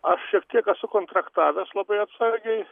aš šiek tiek esu kontraktavęs labai atsargiai